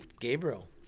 Gabriel